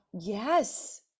Yes